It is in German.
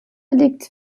liegt